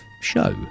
show